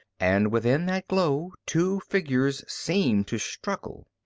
and within that glow two figures seemed to struggle.